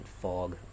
fog